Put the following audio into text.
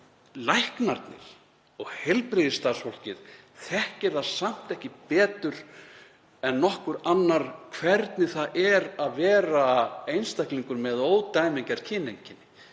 læknarnir og heilbrigðisstarfsfólkið þekkir það samt ekki betur en nokkur annar hvernig það er að vera einstaklingur með ódæmigerð kyneinkenni.